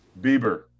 Bieber